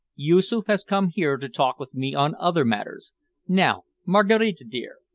yoosoof has come here to talk with me on other matters now, maraquita dear,